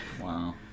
Wow